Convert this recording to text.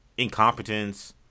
incompetence